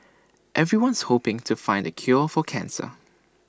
everyone's hoping to find the cure for cancer